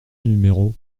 numéro